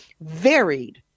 varied